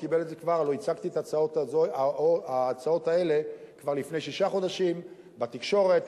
הלוא הצגתי את ההצעות האלה כבר לפני שישה חודשים בתקשורת.